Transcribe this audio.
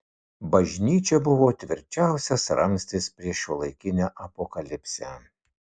bažnyčia buvo tvirčiausias ramstis prieš šiuolaikinę apokalipsę